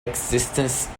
existence